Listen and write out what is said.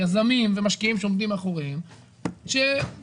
יזמים ומשקיעים שעומדים מאחוריהם שרוצים